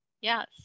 Yes